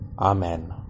Amen